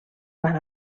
van